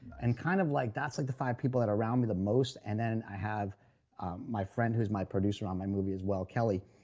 and kind of like, that's like the five people that are around me the most. and then i have my friend who's my producer on my movie as well, kelly.